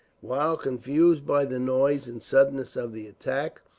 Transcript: while, confused by the noise and suddenness of the attack,